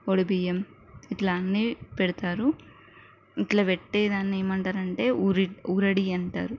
వడుబియ్యం ఇట్ల అన్నీ పెడతారు ఇట్ల పెట్టేదాన్ని ఏమంటారంటే ఊరి ఊరడి అంటారు